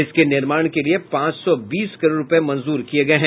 इसके निर्माण के लिए पांच सौ बीस करोड़ रुपये मंजूर किये गये हैं